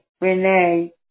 Renee